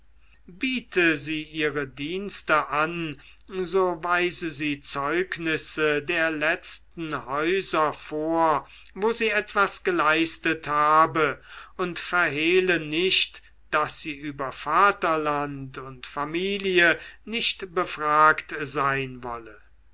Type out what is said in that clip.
biete sie ihre dienste an so weise sie zeugnisse der letzten häuser vor wo sie etwas geleistet habe und verhehle nicht daß sie über vaterland und familie nicht befragt sein wolle